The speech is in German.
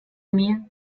mir